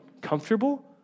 comfortable